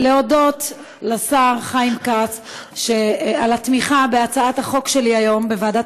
אני רוצה להודות לשר חיים כץ על התמיכה היום בוועדת